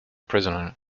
prisoner